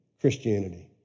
Christianity